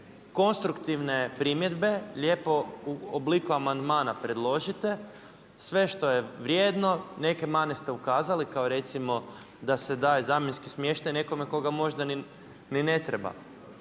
konstruktivne primjedbe, lijepo u obliku amandmana predložite sve što je vrijedno, neke mane ste ukazali kao recimo da se daje zamjenski smještaj nekome tko ga možda ni ne treba.